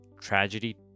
tragedy